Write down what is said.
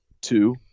two